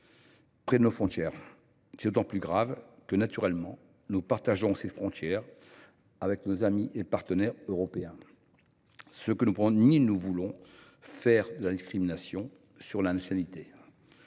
près de nos frontières. Elles sont d’autant plus graves que, naturellement, nous partageons ces frontières avec nos amis et partenaires européens et que nous ne pouvons ni ne voulons faire de discrimination en raison de la nationalité.